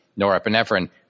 norepinephrine